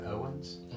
Owens